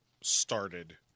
started